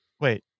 wait